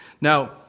Now